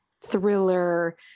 thriller